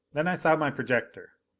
then i saw my projector.